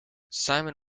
simon